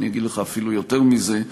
ואני אגיד לך אפילו יותר מזה: